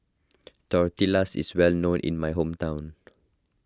Tortillas is well known in my hometown